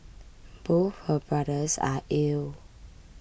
both her brothers are ill